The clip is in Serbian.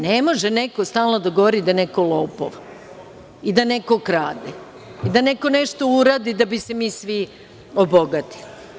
Ne može neko stalno da govori da je neko lopov i da neko krade i da neko nešto uradi da bi se mi svi obogatili.